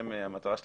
הם